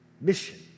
mission